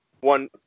one